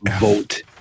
vote